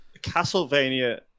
Castlevania